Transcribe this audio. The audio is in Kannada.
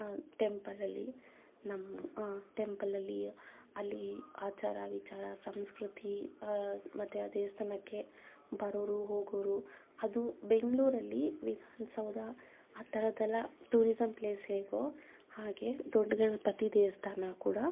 ಟೆಂಪಲಲ್ಲಿ ನಮ್ಮ ಟೆಂಪಲಲ್ಲಿ ಅಲ್ಲಿ ಆಚಾರ ವಿಚಾರ ಸಂಸ್ಕೃತಿ ಮತ್ತೆ ಆ ದೇವಸ್ಥಾನಕ್ಕೆ ಬರೋರು ಹೋಗೋರು ಅದು ಬೆಂಗಳೂರಲ್ಲಿ ವಿಧಾನಸೌಧ ಆ ಥರದ್ದೆಲ್ಲ ಟೂರಿಸಮ್ ಪ್ಲೇಸ್ ಹೇಗೋ ಹಾಗೆ ದೊಡ್ಡ ಗಣಪತಿ ದೇವಸ್ಥಾನ ಕೂಡ